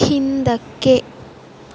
ಹಿಂದಕ್ಕೆ